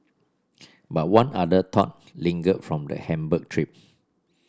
but one other thought lingered from the Hamburg trip